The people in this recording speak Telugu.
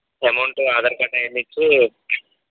అమౌంటు ఆధార్ కార్డు అవన్నీ ఇచ్చి